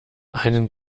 einen